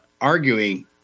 arguing